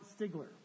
Stigler